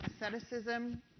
asceticism